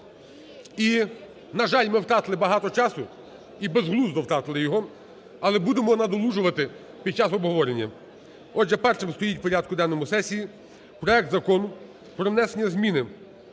І, на жаль, ми втратили багато часу і безглуздо втратили його, але будемо надолужувати під час обговорення. Отже, першим стоїть в порядку денному сесії проект Закону про внесення зміни